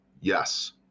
Yes